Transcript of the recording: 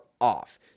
off